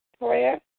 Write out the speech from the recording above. prayer